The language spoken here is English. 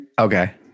okay